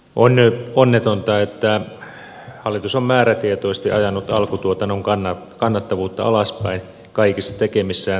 on onnetonta että hallitus on määrätietoisesti ajanut alkutuotannon kannattavuutta alaspäin kaikissa tekemissään talousratkaisuissa